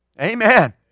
Amen